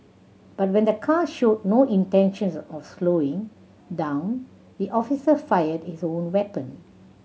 but when the car showed no intentions of slowing down the officer fired his own weapon